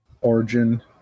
Origin